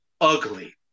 ugly